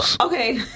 Okay